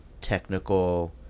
technical